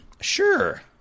Sure